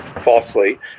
falsely